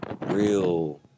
real